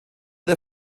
der